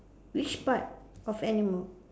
which part of animal